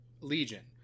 legion